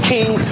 King